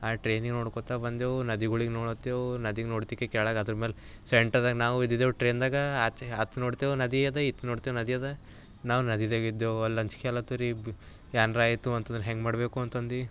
ಆ ಟ್ರೇನೆ ನೋಡ್ಕೊತ ಬಂದೆವು ನದಿಗಳಿಗೆ ನೋಡತ್ತೆವು ನದಿ ನೋಡ್ತಿಕೆ ಕೆಳಗೆ ಅದ್ರ ಮೇಲೆ ಸೆಂಟರ್ದಾಗೆ ನಾವು ಇದಿದ್ದೆವು ಟ್ರೇನ್ದಾಗ ಆಚೆ ಅತ್ತ ನೋಡ್ತೆವೆ ನದಿ ಇದೆ ಇತ್ತ ನೋಡ್ತೆವೆ ನದಿ ಇದೆ ನಾವು ನದಿದಾಗೆ ಇದ್ದೆವು ಅಲ್ಲಿ ಅಂಜಿಕೆ ಆಲತ್ತು ರೀ ಭೀ ಏನ್ರೆ ಆಯ್ತು ಅಂತಂದ್ರೆ ಹೆಂಗೆ ಮಾಡಬೇಕು ಅಂತಂದು